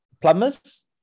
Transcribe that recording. Plumbers